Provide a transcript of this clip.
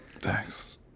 Thanks